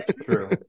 True